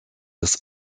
des